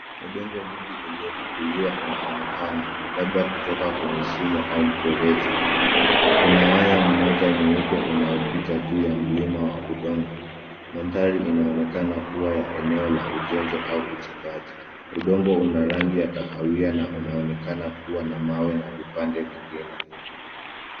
Udongo mwingi uliofukuliwa unaonekana. Labda kutoka kwenye shimo au mfereji. Kuna waya mmoja mweupe unaopita juu ya mlima wa udongo. Mandhari inaonekana kuwa ya eneo la ujenzi au uchimbaji. Udongo una rangi ya kahawia na unaonekana kuwa na mawe na vipande vingine.